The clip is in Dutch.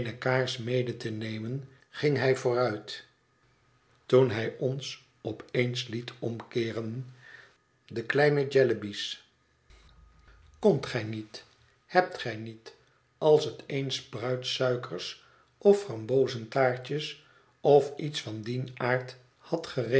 mede te nemen ging hij vooruit toen hij ons op eens liet omkeeren die kleine jellyby's kondt gij niet hebt gij niet als het eens bruidsuikers of frambozentaartjes of iets van dien aard had